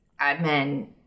admin